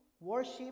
worship